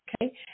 okay